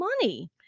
money